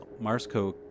MarsCo